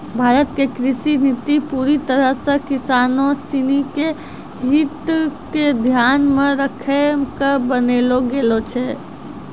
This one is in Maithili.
भारत के कृषि नीति पूरी तरह सॅ किसानों सिनि के हित क ध्यान मॅ रखी क बनैलो गेलो छै